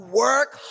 work